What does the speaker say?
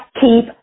keep